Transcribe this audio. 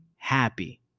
happy